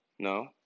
No